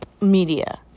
media